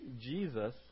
Jesus